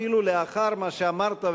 אפילו לאחר מה שאמרת,